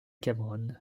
cameron